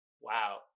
Wow